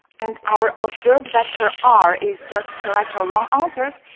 and our observed vector r, is just correct or wrong answers,